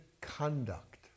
conduct